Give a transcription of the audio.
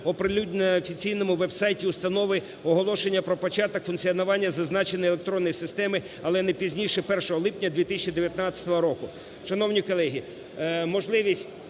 оприлюднення на офіційному веб-сайті установи оголошення про початок функціонування зазначеної електронної системи, але не пізніше 1 липня 2019 року".